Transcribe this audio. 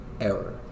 error